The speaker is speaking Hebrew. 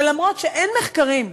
שגם אם אין מחקרים,